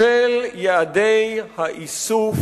של יעדי האיסוף